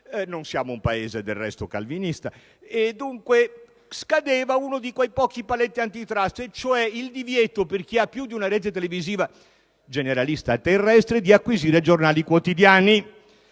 non è un Paese calvinista); scadeva uno di quei pochi paletti *antitrust*, cioè il divieto, per chi ha più di una rete televisiva generalista terrestre, di acquisire giornali quotidiani.